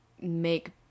make